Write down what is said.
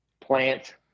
plant